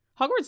Hogwarts